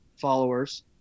followers